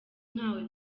ntawe